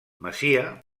masia